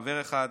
חבר אחד.